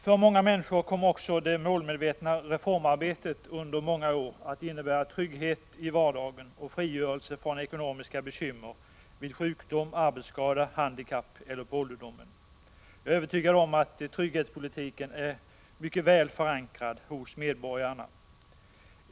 För många människor kom också det målmedvetna reformarbetet under många år att innebära trygghet i vardagen och frigörelse från ekonomiska bekymmer vid sjukdom, arbetsskada, handikapp eller på ålderdomen, vilket övertygade oss om att trygghetspolitiken är väl förankrad hos medborgarna.